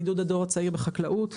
עידוד הדור הצעיר בחקלאות.